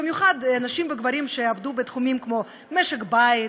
במיוחד נשים וגברים שעבדו בתחומים כמו משק בית